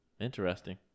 Interesting